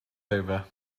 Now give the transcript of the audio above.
over